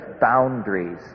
boundaries